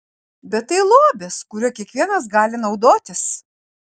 bet tai lobis kuriuo kiekvienas gali naudotis